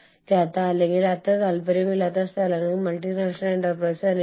പ്രാദേശിക വിപണിയിലെ വ്യത്യാസങ്ങളുമായി പൊരുത്തപ്പെടുന്നതാണ് ആദ്യ അവസരം